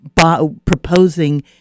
proposing